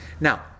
Now